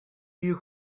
you